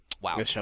Wow